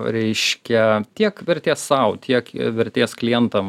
reiškia tiek vertės sau tiek vertės klientam